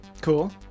Cool